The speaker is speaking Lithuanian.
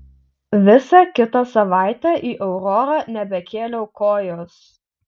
visą kitą savaitę į aurorą nebekėliau kojos